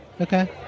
Okay